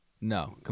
no